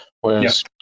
whereas